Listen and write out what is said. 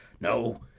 No